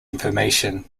information